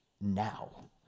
now